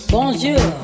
Bonjour